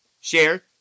share